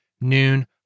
noon